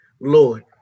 Lord